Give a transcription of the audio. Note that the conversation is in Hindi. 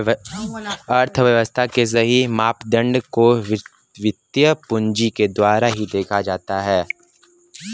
अर्थव्यव्स्था के सही मापदंड को वित्तीय पूंजी के द्वारा ही देखा जाता है